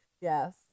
Yes